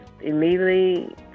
immediately